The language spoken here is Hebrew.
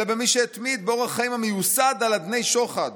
אלא במי שהתמיד באורח חיים המיוסד על אדני שוחד.